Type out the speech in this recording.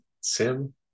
sim